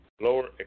lower